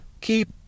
keep